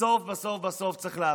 בסוף בסוף בסוף צריך להבין,